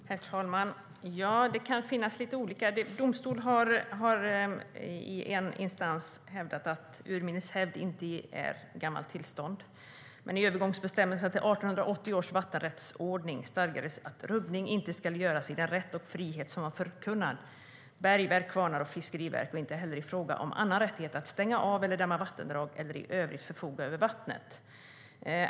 Herr talman! Det kan vara lite olika. Domstol har i en instans hävdat att urminnes hävd inte är gammalt tillstånd. Men i övergångsbestämmelserna till 1880 års vattenrättsordning stadgades att rubbning inte skall göras i den rätt och frihet som man förkunnar bergverk, kvarnar och fiskeriverk och inte heller i fråga om annan rättighet att stänga av eller dämma vattendrag eller i övrigt förfoga över vattnet.